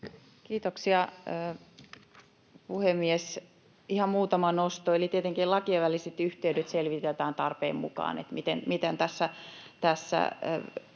Kiitoksia, puhemies! Ihan muutama nosto. Eli tietenkin lakien väliset yhteydet selvitetään tarpeen mukaan, se, miten tässä